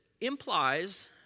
implies